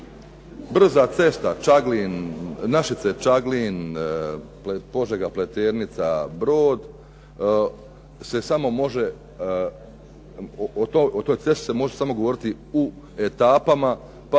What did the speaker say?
brza cesta Čaglin, Našice – Čaglin, Požega – Pleternica – Brod se samo može, o toj cesti se može samo govoriti u etapama. Pa